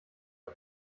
und